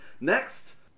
next